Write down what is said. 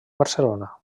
barcelona